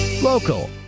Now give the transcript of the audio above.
local